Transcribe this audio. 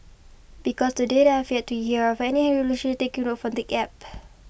because to date I have yet to hear of any relationship taking root from the app